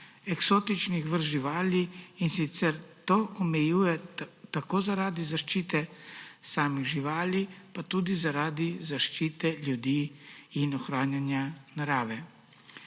eksotičnih vrst živali, in sicer to omejuje zaradi zaščite samih živali pa tudi zaradi zaščite ljudi in ohranjanja narave.